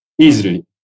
easily